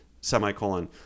semicolon